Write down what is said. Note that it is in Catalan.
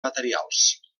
materials